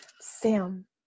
Sam